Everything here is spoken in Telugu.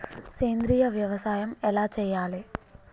సేంద్రీయ వ్యవసాయం ఎలా చెయ్యాలే?